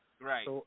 Right